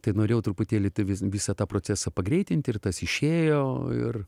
tai norėjau truputėlį tai vis visą tą procesą pagreitinti ir tas išėjo ir